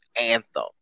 Anthem